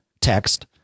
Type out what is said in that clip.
text